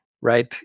right